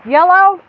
Yellow